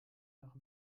noch